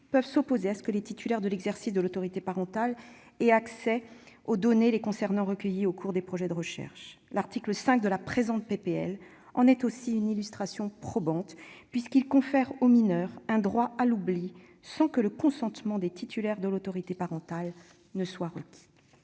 peut s'opposer à ce que les titulaires de l'exercice de l'autorité parentale aient accès aux données le concernant recueillies au cours [de projets de recherche] ». L'article 5 de la présente proposition de loi est une autre illustration probante d'une telle évolution, puisqu'il confère aux mineurs un droit à l'oubli sans que le consentement des titulaires de l'autorité parentale soit requis.